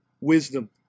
wisdom